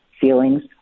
feelings